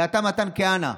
ואתה, מתן כהנא,